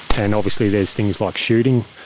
and obviously there's things like shooting.